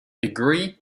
degree